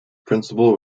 principal